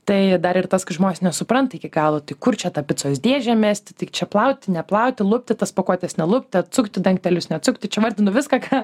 tai dar ir tas kai žmonės nesupranta iki galo tai kur čia tą picos dėžę mesti tik čia plauti neplauti lupti tas pakuotes nelupti atsukti dangtelius neatsukti čia vardinu viską ką